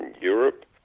Europe